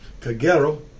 Kagero